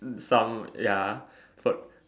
um some ya for